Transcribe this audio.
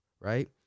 right